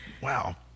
Wow